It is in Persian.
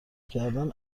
کردن